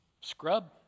scrub